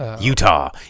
Utah